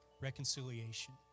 reconciliation